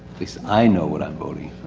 least i know what i'm voting